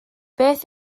beth